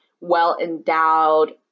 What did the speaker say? well-endowed